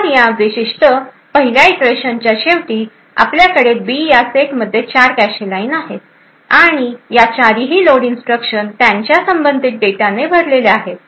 तर या विशिष्ट पहिल्या इटरेशन च्या शेवटी आपल्याकडे बी या सेटमध्ये 4 कॅशे लाइन आहेत या चारीही लोड इन्स्ट्रक्शन त्यांच्या संबंधित डेटा ने भरलेल्या आहेत